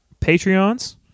Patreons